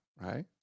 right